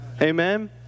Amen